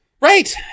right